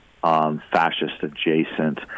fascist-adjacent